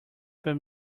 per